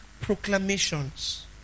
proclamations